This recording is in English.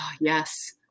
Yes